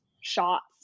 shots